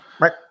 Right